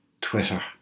Twitter